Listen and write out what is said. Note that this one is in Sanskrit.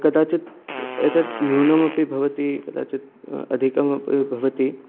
कदाचित् एतत् न्यूनमपि भवति कदाचित् अधिकमपि भवति